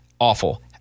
Awful